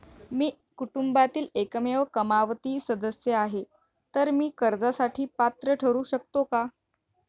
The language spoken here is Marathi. मी कुटुंबातील एकमेव कमावती सदस्य आहे, तर मी कर्जासाठी पात्र ठरु शकतो का?